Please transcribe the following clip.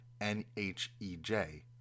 NHEJ